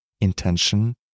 intention